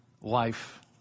Life